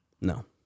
No